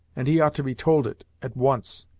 and he ought to be told it, at once.